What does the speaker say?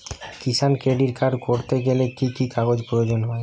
কিষান credit card করতে গেলে কি কি কাগজ প্রয়োজন হয়?